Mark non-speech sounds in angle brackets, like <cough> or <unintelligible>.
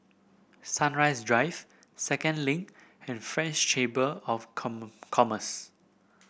Sunrise Drive Second Link and French Chamber of <unintelligible> Commerce